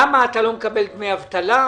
למה אתה לא מקבל דמי אבטלה?